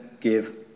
Give